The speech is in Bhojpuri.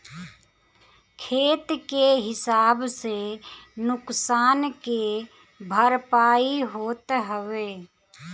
खेत के हिसाब से नुकसान के भरपाई होत हवे